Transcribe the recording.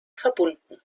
verbunden